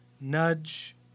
nudge